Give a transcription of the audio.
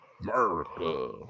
America